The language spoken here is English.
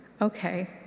okay